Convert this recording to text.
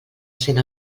cent